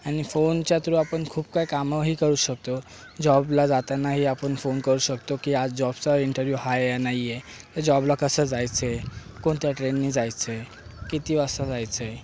आणि फोनच्या थ्रू आपण खूप काही कामही करू शकतो जॉबला जातानाही आपण फोन करू शकतो की आज जॉबचा इंटरव्यू आहे या नाही आहे जॉबला कसं जायचं आहे कोणत्या ट्रेननी जायचं आहे किती वाजता जायचं आहे